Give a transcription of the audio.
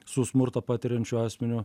su smurtą patiriančiu asmeniu